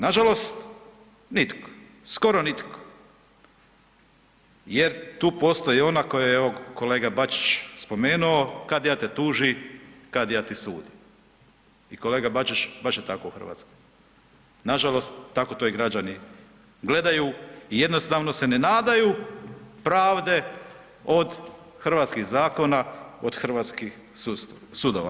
Nažalost, nitko, skoro nitko jer tu postoji ona koju je evo kolega Bačić spomenuo, „kadija te tuži, kadija ti sudi“, i kolega Bačić, baš je tako u Hrvatskoj, nažalost, tako to i građani gledaju i jednostavno se ne nadaju pravde od hrvatskih zakona, od hrvatskih sudova.